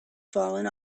fallen